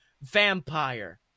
Vampire